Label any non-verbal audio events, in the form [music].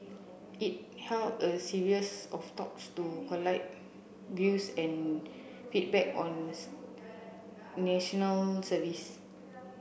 it held a series of talks to collate views and feedback on [unintelligible] National Service